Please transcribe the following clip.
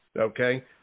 okay